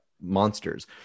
monsters